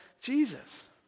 Jesus